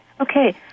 Okay